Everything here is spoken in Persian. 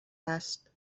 است